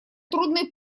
трудный